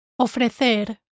Ofrecer